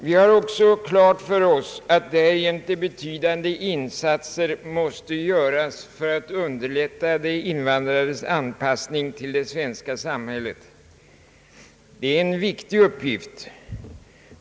Vi har vidare klart för oss att betydande insatser måste göras för att underlätta de invandrades anpassning till det svenska samhället. Det är en viktig uppgift.